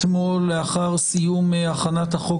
אני אומר לפרוטוקול שאתמול לאחר סיום הכנת החוק